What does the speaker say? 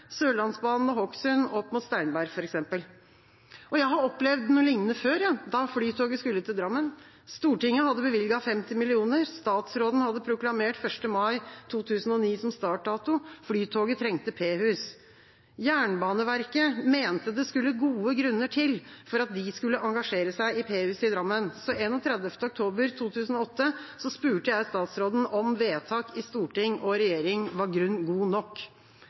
Sørlandsbanen og Hokksund opp mot Steinberg f.eks. Jeg har opplevd noe lignende før, da flytoget skulle til Drammen. Stortinget hadde bevilget 50 mill. kr, statsråden hadde proklamert 1. mai 2009 som startdato. Flytoget trengte P-hus. Jernbaneverket mente det skulle gode grunner til for at de skulle engasjere seg i P-hus i Drammen. Så 31. oktober 2008 spurte jeg statsråden om vedtak i storting og regjering var grunn god nok.